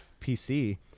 PC